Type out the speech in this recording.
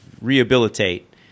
rehabilitate